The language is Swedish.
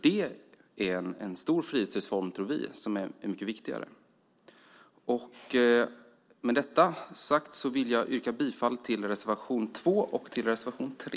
Det är en stor frihetsreform som är mycket viktigare, tror vi. Med detta sagt vill jag yrka bifall till reservation 2 och reservation 3.